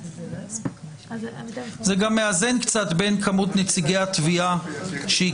זה גם מאזן קצת בין כמות נציגי התביעה שהיא